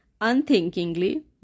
unthinkingly